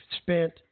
spent